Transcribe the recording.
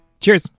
Cheers